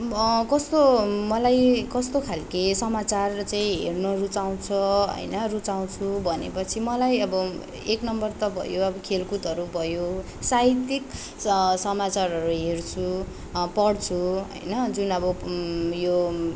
कस्तो मलाई कस्तो खालको समाचार चै हेर्नु रुचाउँछ हैन रुचाउँछु भनेपछि मलाई अब एक नम्बर त भयो अब खेलकुदहरू भयो साहित्यिक समाचारहरू हेर्छु पढ्छु होइन जुन अब यो